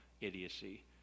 idiocy